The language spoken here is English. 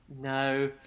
No